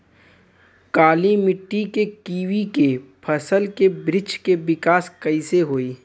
काली मिट्टी में कीवी के फल के बृछ के विकास कइसे होई?